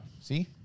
See